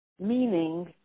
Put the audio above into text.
meaning